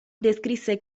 descrisse